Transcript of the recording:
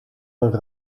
een